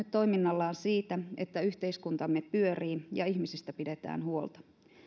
toiminnallaan siitä että yhteiskuntamme pyörii ja ihmisistä pidetään huolta